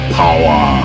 power